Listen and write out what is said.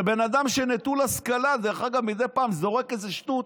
זה בן אדם נטול השכלה, מדי פעם זורק איזו שטות,